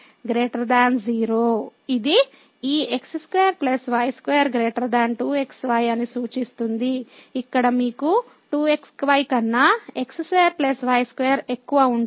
x2 y2 − 2xy 0 ఇది ఈ x2 y2 2xy అని సూచిస్తుంది ఇక్కడ మీకు 2 xy కన్నా x2 y2 ఎక్కువ ఉంటుంది